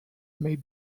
may